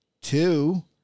two